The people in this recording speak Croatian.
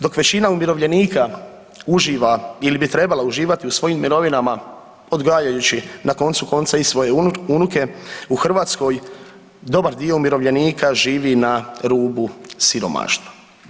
Dok većina umirovljenika uživa ili bi trebala uživati u svojim mirovinama odgajajući na koncu konca i svoje unuke, u Hrvatskoj dobar dio umirovljenika živi na rubu siromaštva.